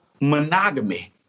Monogamy